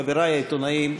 חברי העיתונאים,